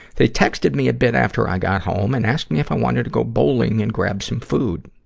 they texted me a bit after i got home and asked me if i wanted to go bowling and grab some food.